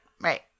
Right